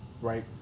Right